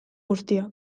guztiak